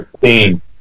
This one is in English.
theme